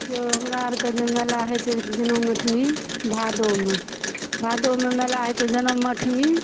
यौ हमरा अरके जे मेला होइ छै जनम अठमी भादोमे भादोमे मेला होइ छै जनम अठमी